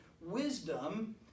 wisdom